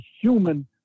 human